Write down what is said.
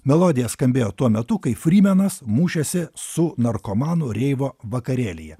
melodija skambėjo tuo metu kai frymenas mušėsi su narkomanu reivo vakarėlyje